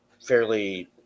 fairly